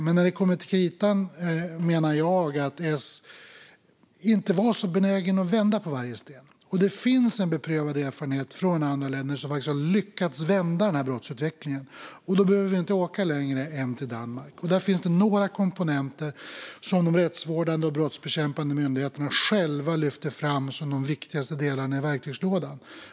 Men när det kommer till kritan menar jag att S inte är så benäget att vända på varje sten. Det finns en beprövad erfarenhet från andra länder som har lyckats vända denna brottsutveckling. Vi behöver inte åka längre än till Danmark, och där finns några komponenter som de rättsvårdande och brottsbekämpande myndigheterna lyfter fram som de viktigaste delarna i verktygslådan.